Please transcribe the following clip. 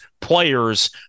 players